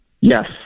Yes